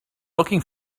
looking